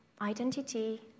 identity